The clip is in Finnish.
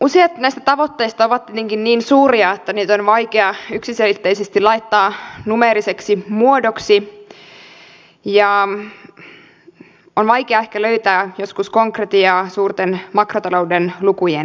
useat näistä tavoitteista ovat kuitenkin niin suuria että niitä on vaikea yksiselitteisesti laittaa numeeriseksi muodoksi ja on ehkä vaikea löytää joskus konkretiaa suurten makrotalouden lukujen takaa